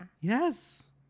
Yes